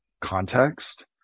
context